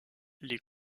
les